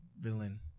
villain